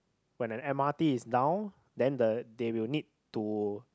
when the m_r_t is down then the they will need to